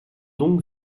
donc